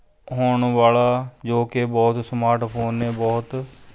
ਹੋਣ ਵਾਲਾ ਜੋ ਕਿ ਬਹੁਤ ਸਮਾਰਟ ਫ਼ੋਨ ਨੇ ਬਹੁਤ